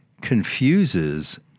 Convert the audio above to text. confuses